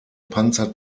panzer